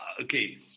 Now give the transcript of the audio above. okay